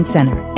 Center